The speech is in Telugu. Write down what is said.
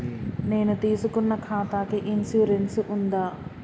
నేను తీసుకున్న ఖాతాకి ఇన్సూరెన్స్ ఉందా?